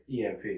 EMP